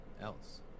else